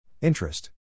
Interest